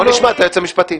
בוא נשמע את היועץ המשפטי.